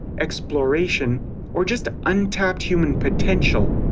exploration or just untapped human potential,